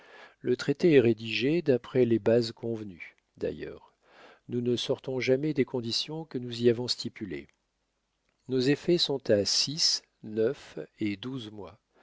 le traité est rédigé d'après les bases convenues d'ailleurs nous ne sortons jamais des conditions que nous y avons stipulées nos effets sont à six neuf et douze mois